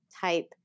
type